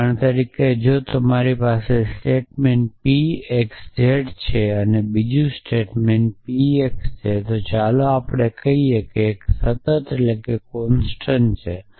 ઉદાહરણ તરીકે જો મારી પાસે સ્ટેટમેન્ટ pxz છે અને બીજું સ્ટેટમેન્ટ px ચાલો આપણે કહીએ કે એ સતત છે